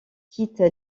quitte